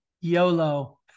yolo